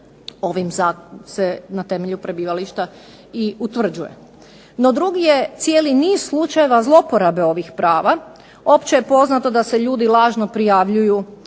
ovim, se na temelju prebivališta i utvrđuje. No drugi je cijeli niz slučajeva zloporabe ovih prava. Opće je poznato da se ljudi lažno prijavljuju